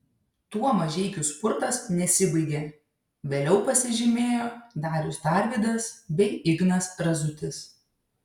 tuo mažeikių spurtas nesibaigė vėliau pasižymėjo darius tarvydas bei ignas razutis